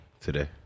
today